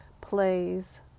plays